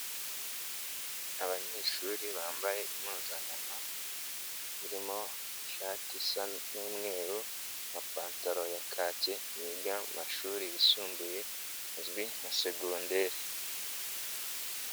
Abanyeshuri bambaye impuzankano irimo ishati isa n'umweru, amapantaro ya kake, biga mu mashuri yisumbuye, azwi nka segonderi.